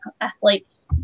athletes